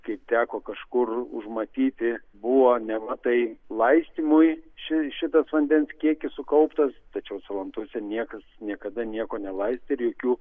kaip teko kažkur užmatyti buvo nevatai laistymui ši šitas vandens kiekis sukauptas tačiau salantuose niekas niekada nieko nelaistė ir jokių